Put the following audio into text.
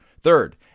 Third